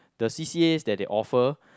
the C_C_As that they offer